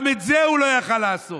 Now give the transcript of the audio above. גם את זה הוא לא יכול היה לעשות.